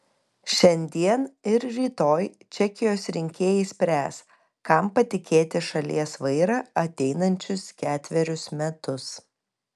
šiandien ir rytoj čekijos rinkėjai spręs kam patikėti šalies vairą ateinančius ketverius metus